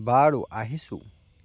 বাৰু আহিছো